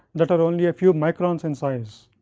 that are only a few microns in size.